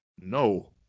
No